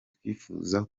twifuza